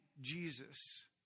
Jesus